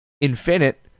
infinite